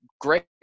great